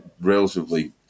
relatively